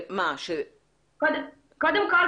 קודם כל,